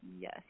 yes